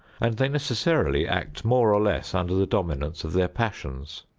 and they necessarily act more or less under the dominance of their passions.